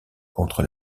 contre